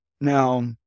Now